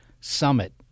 Summit